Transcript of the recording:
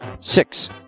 six